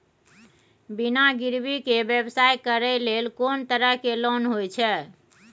बिना गिरवी के व्यवसाय करै ले कोन तरह के लोन होए छै?